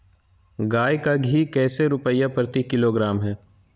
गाय का घी कैसे रुपए प्रति किलोग्राम है?